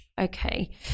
Okay